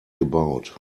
gebaut